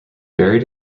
buried